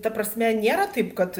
ta prasme nėra taip kad